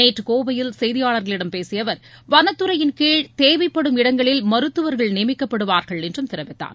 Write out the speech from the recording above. நேற்று கோவையில் செய்தியாளர்களிடம் பேசிய அவர் வனத்துறையின்கீழ் தேவைப்படும் இடங்களில் மருத்துவர்கள் நியமிக்கப்படுவார்கள் என்றும் தெரிவித்தார்